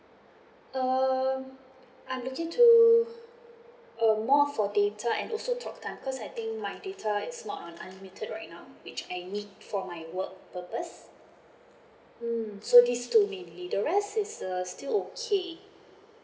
um I'm looking to uh more for data and also talk time because I think my data is not on unlimited right now which I need for my work purpose mm so these two mainly the rest is uh still okay